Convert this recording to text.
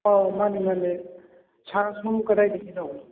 ꯑꯧ ꯃꯥꯅꯦ ꯃꯥꯅꯦ ꯁꯥꯔꯁꯤꯕꯨ ꯀꯗꯥꯏꯗꯒꯤꯅꯣ